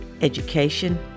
education